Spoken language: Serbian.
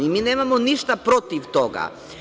I mi nemamo ništa protiv toga.